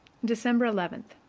december eleven.